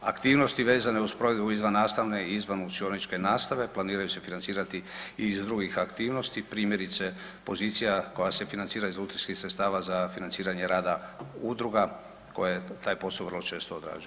Aktivnosti vezane uz provedbu izvannastavne i izvan učioničke nastave planiraju se financirati iz drugih aktivnosti, primjerice pozicija koja se financira iz lutrijskih sredstava za financiranje rada udruga koje taj posao vrlo često odrađuju.